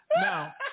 Now